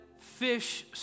fish